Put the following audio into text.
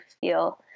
feel